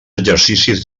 exercicis